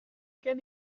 gen